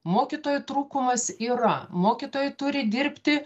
mokytojų trūkumas yra mokytojai turi dirbti